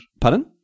pardon